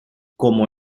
como